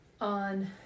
on